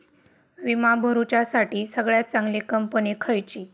विमा भरुच्यासाठी सगळयात चागंली कंपनी खयची?